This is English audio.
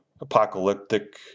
apocalyptic